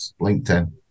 LinkedIn